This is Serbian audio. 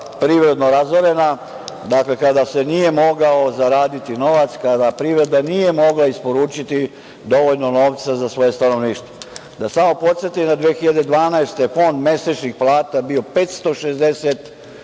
privredno razorena, kada se nije mogao zaraditi novac, kada privreda nije mogla isporučiti dovoljno novca za svoje stanovništvo. Da samo podsetim da je 2012. godine fond mesečnih plata bio 560